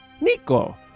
Nico